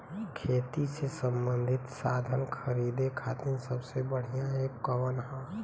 खेती से सबंधित साधन खरीदे खाती सबसे बढ़ियां एप कवन ह?